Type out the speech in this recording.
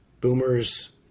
boomers